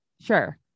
Sure